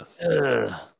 Yes